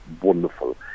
wonderful